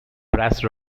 brass